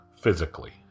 physically